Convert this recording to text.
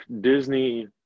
Disney